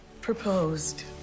Proposed